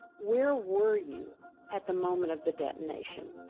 where were you at the moment of the detonation?